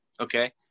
okay